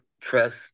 trust